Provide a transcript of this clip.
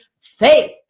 faith